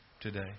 today